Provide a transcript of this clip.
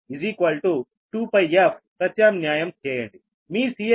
ω2πf ప్రత్యామ్న్యాయం చేయండి మీ Can వచ్చి 2